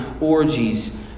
orgies